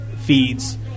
feeds